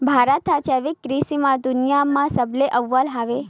भारत हा जैविक कृषि मा दुनिया मा सबले अव्वल हवे